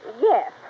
Yes